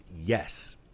yes